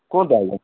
କୁହନ୍ତୁ ଆଜ୍ଞା